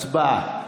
הצבעה.